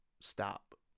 stop